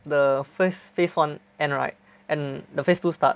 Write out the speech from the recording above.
the first phase one end right and the phase two start